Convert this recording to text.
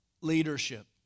leadership